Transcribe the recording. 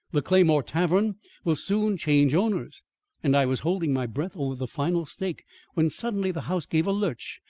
the claymore tavern will soon change owners and i was holding my breath over the final stake when suddenly the house gave a lurch,